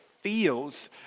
feels